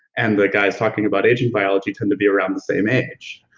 and the guys talking about aging biology tend to be around the same age.